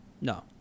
No